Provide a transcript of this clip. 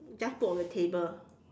just put on the table